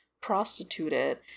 prostituted